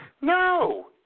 No